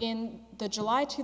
in the july two